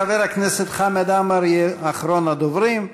חבר הכנסת חמד עמאר יהיה אחרון הדוברים.